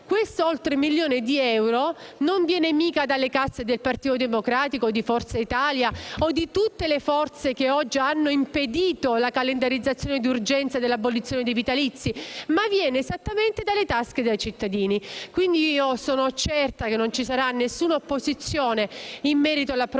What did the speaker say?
di oltre un milione di euro non viene mica dalle casse del Partito Democratico, di Forza Italia o di tutte quelle forze che oggi hanno impedito la calendarizzazione d'urgenza dell'abolizione dei vitalizi, ma viene esattamente dalle tasche dei cittadini. Quindi, sono certa che non ci sarà nessuna opposizione in merito all'approvazione